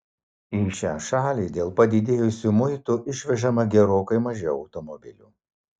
į šią šalį dėl padidėjusių muitų išvežama gerokai mažiau automobilių